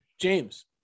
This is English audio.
James